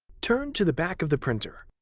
turn to the back of the printer.